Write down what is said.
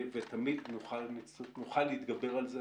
ותמיד נוכל להתגבר על זה